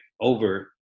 over